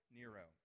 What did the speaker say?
Nero